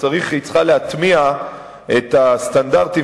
והיא צריכה להטמיע את הסטנדרטים